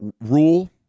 rule